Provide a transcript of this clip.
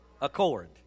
Accord